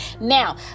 Now